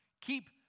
keep